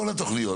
כל התוכניות,